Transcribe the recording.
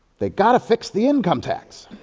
they got to fix the income tax.